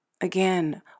Again